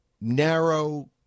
narrow